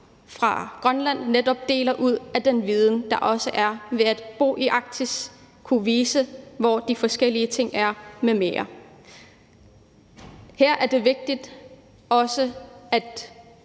fra Grønland netop deler ud af den viden, man også har ved at bo i Arktis, og kan vise, hvor de forskellige ting er m.m. Her er det vigtigt at